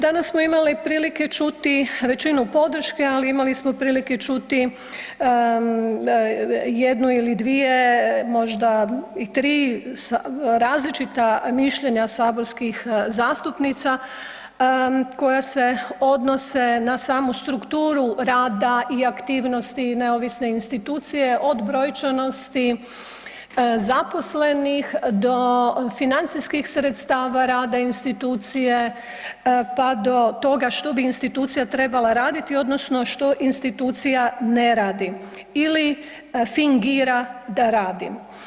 Danas smo imali prilike čuti većinu podrške, ali imali smo prilike čuti jednu ili dvije možda i tri različita mišljenja saborskih zastupnica koja se odnose na samu strukturu rada i aktivnosti neovisne institucije od brojčanosti, zaposlenih do financijskih sredstava rada institucije, pa do toga što bi institucija trebala raditi odnosno što institucija ne radi ili fingira da radi.